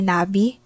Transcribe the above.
Nabi